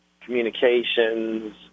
communications